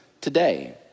today